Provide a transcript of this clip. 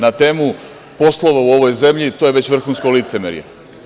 Na temu poslova u ovoj zemlji, to je već vrhunsko licemerje.